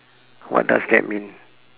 what does that mean